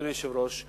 אדוני היושב-ראש,